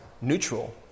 neutral